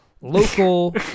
local